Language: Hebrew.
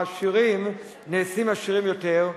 העשירים נעשים עשירים יותר,